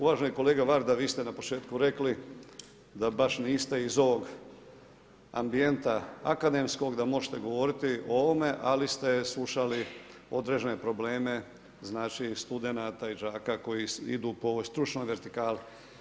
Uvaženi kolega VArda vi ste na početku rekli da baš niste iz ovog ambijenta akademskog da možete govoriti o ovome, ali ste slušali određene probleme studenata i đaka koji idu po stručnoj vertikali.